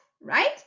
right